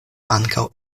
ankaŭ